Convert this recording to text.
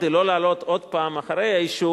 כדי שלא לעלות עוד הפעם אחרי האישור,